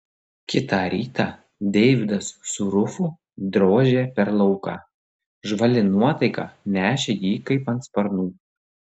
kitą rytą deividas su rufu drožė per lauką žvali nuotaika nešė jį kaip ant sparnų